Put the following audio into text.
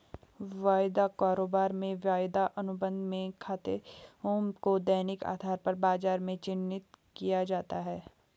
वायदा कारोबार में वायदा अनुबंध में खातों को दैनिक आधार पर बाजार में चिन्हित किया जाता है